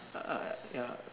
ah ya